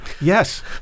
yes